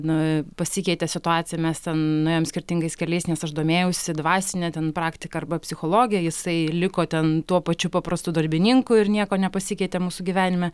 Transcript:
nu pasikeitė situacija mes nuėjom skirtingais keliais nes aš domėjausi dvasine praktika arba psichologija jisai liko ten tuo pačiu paprastu darbininku ir nieko nepasikeitė mūsų gyvenime